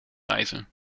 reizen